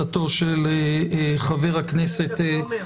נכנסים לאתר משרד החוץ,